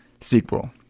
sequel